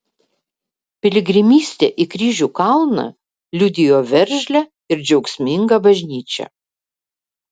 piligrimystė į kryžių kalną liudijo veržlią ir džiaugsmingą bažnyčią